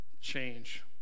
change